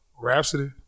Rhapsody